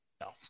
No